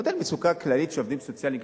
שמעתי על מצוקה כללית של עובדים סוציאליים,